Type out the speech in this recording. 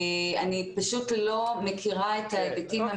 אני לא מכירה את ההיבטים המשפטיים.